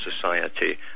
society